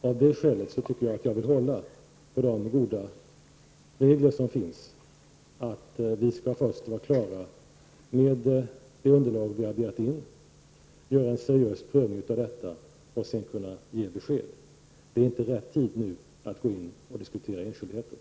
Av det skälet vill jag hålla mig till de goda regler som finns, att vi först skall vara klara med det underlag vi har begärt in, göra en seriös prövning av detta och sedan kunna ge besked. Det är inte rätt tid att nu diskutera enskildheter.